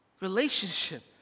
Relationship